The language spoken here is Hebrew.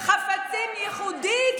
זה מה שקובעת הצעת החוק.